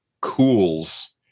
cools